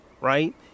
right